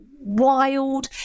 wild